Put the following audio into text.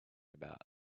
about